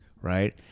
right